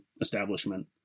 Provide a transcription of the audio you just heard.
establishment